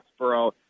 Foxborough